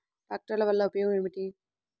ట్రాక్టర్ల వల్ల ఉపయోగం ఏమిటీ?